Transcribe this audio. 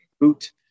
boot